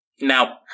Now